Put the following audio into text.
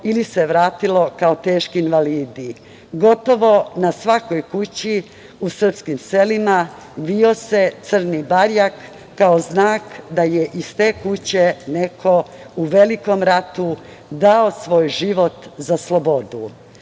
ili se vratilo kao teški invalidi. Gotovo na svakoj kući u srpskim selima vio se crni barjak kao znak da je iz te kuće neko u Velikom ratu dao svoj život za slobodu. Ništa